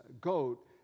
goat